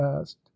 asked